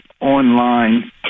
online